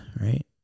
right